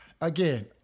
again